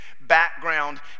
background